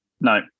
No